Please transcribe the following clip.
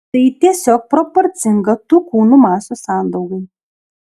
tai tiesiog proporcinga tų kūnų masių sandaugai